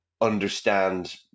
understand